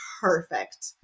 perfect